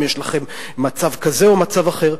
האם יש לכם מצב כזה או מצב אחר.